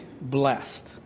blessed